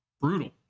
brutal